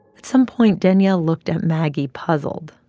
at some point, daniel looked at maggie, puzzled,